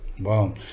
wow